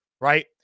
right